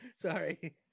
Sorry